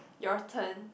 your turn